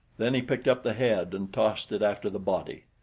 then he picked up the head and tossed it after the body.